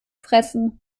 fressen